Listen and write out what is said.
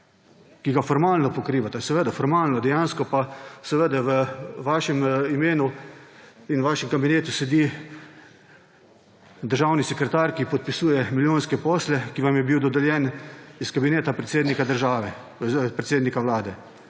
ki ga formalno pokrivate, seveda formalno, dejansko pa seveda v vašem imenu in vašem kabinetu sedi državni sekretar, ki podpisuje milijonske posle, ki vam je bil dodeljen iz Kabineta predsednika Vlade.